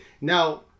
Now